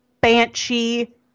Banshee